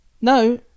No